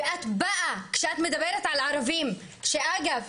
ואת באה, כשאתה מדברת על ערבים, כשאגב,